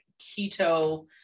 keto